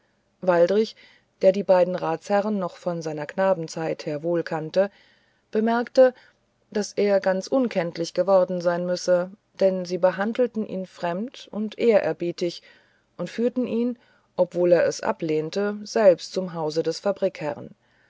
waldrich der die beiden ratsherren noch von seiner knabenzeit her wohl kannte bemerkte daß er ganz unkenntlich geworden sein müsse denn sie behandelten ihn fremd und ehrerbietig und führten ihn obwohl er es ablehnte selbst zum hause des